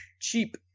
cheap